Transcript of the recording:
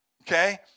okay